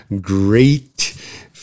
great